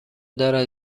دارد